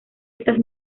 estas